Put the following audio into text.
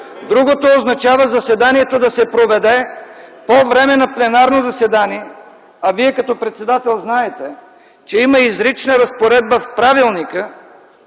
Другото означава заседанието да се проведе по време на пленарно заседание, а Вие, като председател, знаете, че има изрична разпоредба в правилника,